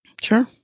Sure